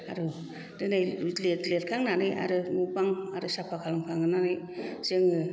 आरो दिनै लिरखांनानै आरो न' बां आरो साफा खालामखांनानै जोङो